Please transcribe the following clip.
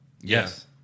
Yes